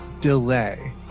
delay